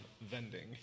vending